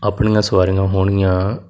ਆਪਣੀਆਂ ਸਵਾਰੀਆਂ ਹੋਣਗੀਆਂ